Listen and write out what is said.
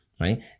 right